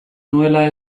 nuela